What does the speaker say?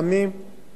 מה שמחפשים